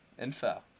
info